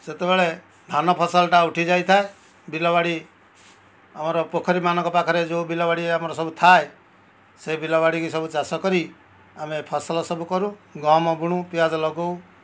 ସେତେବେଳେ ଧାନ ଫସଲଟା ଉଠି ଯାଇଥାଏ ବିଲ ବାଡ଼ି ଆମର ପୋଖରୀମାନଙ୍କ ପାଖରେ ଯେଉଁ ବିଲ ବାଡ଼ି ଆମର ସବୁ ଥାଏ ସେଇ ବିଲ ବାଡ଼ିକି ସବୁ ଚାଷ କରି ଆମେ ଫସଲ ସବୁ କରୁ ଗହମ ବୁଣୁ ପିଆଜ ଲଗାଉ